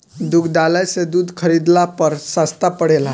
दुग्धालय से दूध खरीदला पर सस्ता पड़ेला?